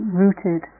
rooted